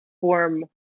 form